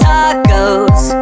Tacos